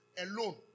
alone